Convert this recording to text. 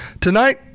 Tonight